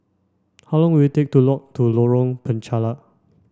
how long will it take to lock to Lorong Penchalak